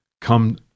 come